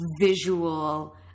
visual